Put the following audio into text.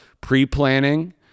pre-planning